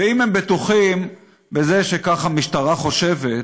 ואם הם בטוחים שכך המשטרה חושבת,